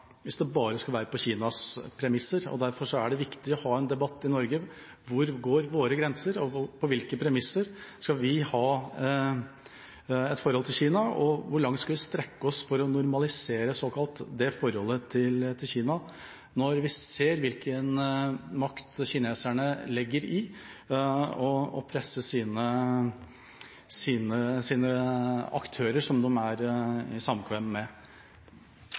hvis det bare skal være på Kinas premisser. Derfor er det viktig å ha en debatt i Norge om hvor våre grenser går, på hvilke premisser vi skal ha et forhold til Kina, og hvor langt vi skal strekke oss for å normalisere – såkalt – forholdet til Kina når vi ser hvilken makt kineserne legger i å presse de aktørene de er i samkvem med.